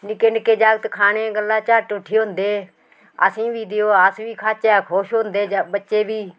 निक्के निक्के जागत खाने ई गल्ला झट्ट उट्ठी होंदे असीं बी देओ अस बी खाचै खुश होंदे जा बच्चे बी